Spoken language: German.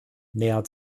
näher